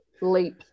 leap